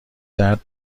درد